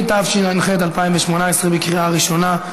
התשע"ח 2018, בקריאה ראשונה.